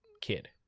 kid